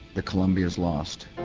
the columbia is lost.